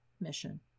mission